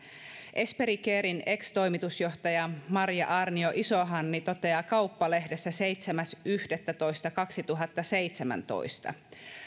esperi caren ex toimitusjohtaja marja aarnio isohanni toteaa kauppalehdessä seitsemäs yhdettätoista kaksituhattaseitsemäntoista